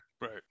Right